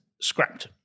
scrapped